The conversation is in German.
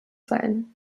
sein